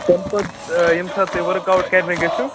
تَمہِ پَتہٕ ییٚمہِ ساتہٕ تُہۍ ؤرٕک آوُت کَرنہِ گٔژھِو